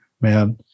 Man